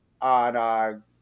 on